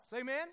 Amen